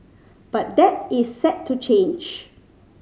but that is set to change